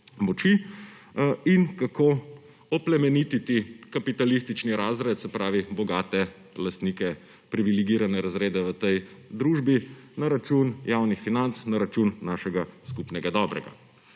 moči in kako oplemenititi kapitalistični razred, se pravi, bogate lastnike, privilegirane razrede v tej družbi na račun javnih financ, na račun našega skupnega dobrega.